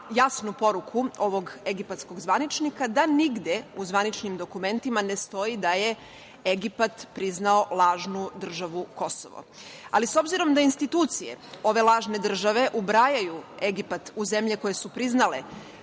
jasnu poruku ovog egipatskog zvaničnika da nigde u zvaničnim dokumentima ne stoji da je Egipat priznao lažnu državu Kosovo.S obzirom da institucije ove lažne države ubrajaju Egipat u zemlje koje su priznale